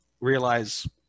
realize